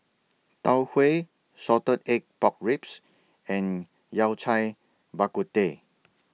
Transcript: Tau Huay Salted Egg Pork Ribs and Yao Cai Bak Kut Teh